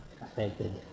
affected